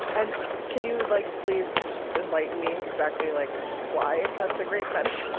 and can you like please just enlighten me exactly like why that's a great metaphor?